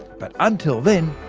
but until then,